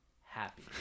happy